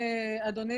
אדוני,